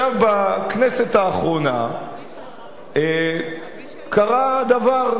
בכנסת האחרונה קרה דבר,